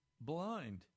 blind